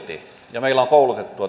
ja meillä on koulutettua